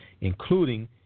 including